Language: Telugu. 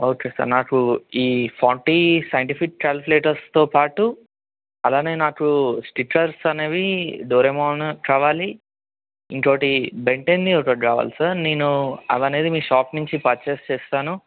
ఓకే సార్ నాకు ఈ ఫార్టీ సైంటిఫిక్ క్యాల్కులేటర్స్తో పాటు అలాగే నాకు స్టిక్కర్స్ అనేవి డోరేమాన్ కావాలి ఇంకోటి బెన్టెన్ది ఒకటి కావాలి సార్ నేను అవి అనేది మీ షాప్ నుంచి పర్చేస్ చేస్తాను